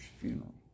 funeral